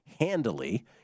handily